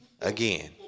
Again